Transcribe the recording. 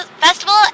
festival